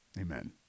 Amen